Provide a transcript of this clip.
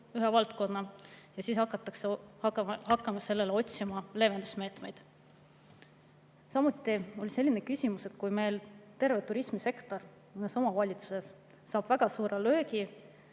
ühe valdkonna ohtu ja siis hakkame otsima leevendusmeetmeid? Samuti on selline küsimus, et kui meil terve turismisektor saab omavalitsustes väga suure löögi,